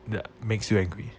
that makes you angry